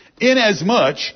inasmuch